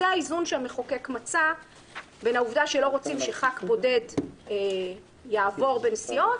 זה האיזון שהמחוקק מצא בין העובדה שלא רוצים שח"כ בודד יעבור בין סיעות